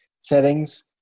settings